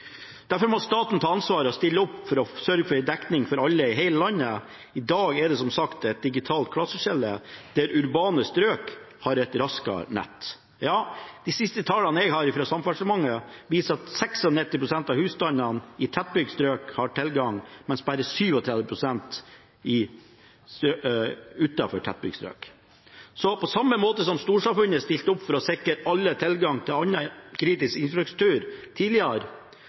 Derfor må staten ta ansvar, stille opp og sørge for dekning for alle i hele landet. I dag er det som sagt et digitalt klasseskille, urbane strøk har et raskere nett. De siste tallene jeg har fra Samferdselsdepartementet, viser at 96 pst. av husstandene i tettbygde strøk har tilgang, mens bare 37 pst. utenfor tettbygde strøk har tilgang. På samme måte som storsamfunnet tidligere har stilt opp for å sikre alle tilgang til annen kritisk infrastruktur,